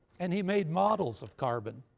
and he made models of carbon.